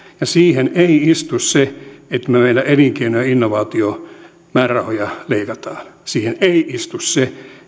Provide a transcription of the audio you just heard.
ja siihen ei istu se että meidän elinkeino ja innovaatiomäärärahojamme leikataan siihen ei istu se